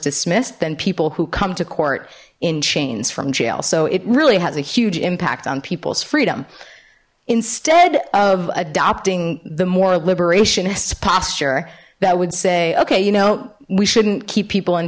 dismissed than people who come to court in chains from jail so it really has a huge impact on people's freedom instead of adopting the more liberationists posture that would say okay you know we shouldn't keep people in